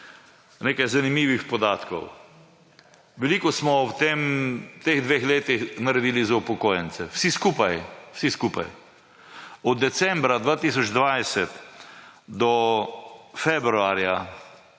nekaj zanimivih podatkov. Veliko smo v teh dveh letih naredili za upokojence. Vsi skupaj. Od decembra 2020 do februarja,